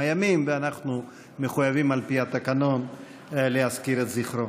ימים ואנחנו מחויבים על פי התקנון להזכיר את זכרו.